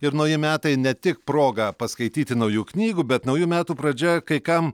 ir nauji metai ne tik proga paskaityti naujų knygų bet naujų metų pradžia kai kam